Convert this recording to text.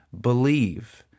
believe